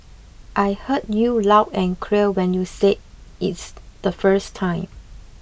I heard you loud and clear when you said it's the first time